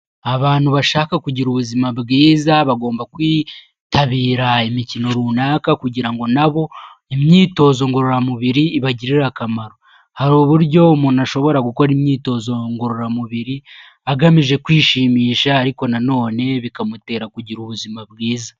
Abantu bashaka kugira ubuzima bwiza bagomba kwitabira imikino runaka kugira ngo na bo imyitozo ngororamubiri ibagirire akamaro, hari uburyo umuntu ashobora gukora imyitozo ngororamubiri agamije kwishimisha, ariko nanone bikamutera kugira ubuzima bwiza.